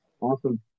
Awesome